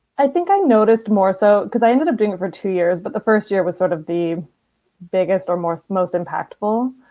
i think i noticed more so because i ended up doing it for two years, but the first year was sort of the biggest or most most impactful.